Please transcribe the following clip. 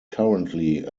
currently